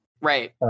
Right